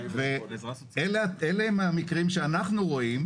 ואלה הם המקרים שאנחנו רואים.